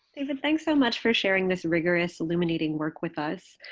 david, thanks so much for sharing this rigorous, illuminating work with us,